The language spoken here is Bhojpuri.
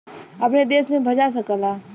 अपने देश में भजा सकला